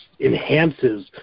enhances